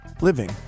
living